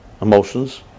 emotions